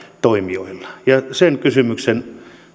toimijoilla sen kysymyksen